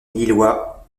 illinois